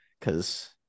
Cause